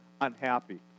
unhappy